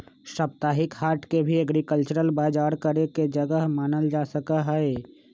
साप्ताहिक हाट के भी एग्रीकल्चरल बजार करे के जगह मानल जा सका हई